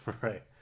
Right